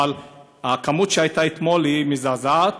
אבל המספר שהיה אתמול היה מזעזע,